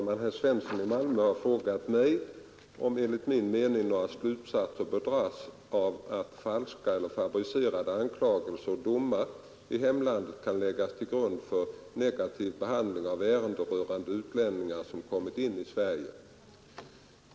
Herr talman! Herr Svensson i Malmö har frågat mig om enligt min mening några slutsatser bör dras av att falska eller fabricerade anklagelser och domar i hemlandet kan läggas till grund för negativ behandling av ärenden rörande utlänningar som kommit in i Sverige.